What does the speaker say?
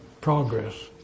progress